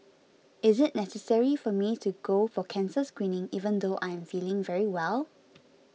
is it necessary for me to go for cancer screening even though I am feeling very well